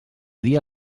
dia